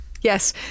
Yes